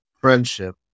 Friendship